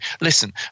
Listen